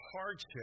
hardship